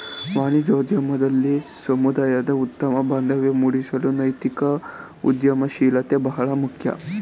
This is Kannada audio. ವಾಣಿಜ್ಯೋದ್ಯಮದಲ್ಲಿ ಸಮುದಾಯದ ಉತ್ತಮ ಬಾಂಧವ್ಯ ಮೂಡಿಸಲು ನೈತಿಕ ಉದ್ಯಮಶೀಲತೆ ಬಹಳ ಮುಖ್ಯ